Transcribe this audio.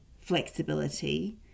flexibility